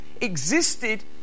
existed